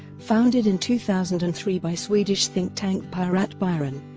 founded in two thousand and three by swedish think tank piratbyran,